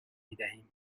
میدهیم